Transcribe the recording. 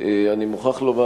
אני מוכרח לומר,